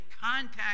contact